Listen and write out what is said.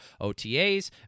OTAs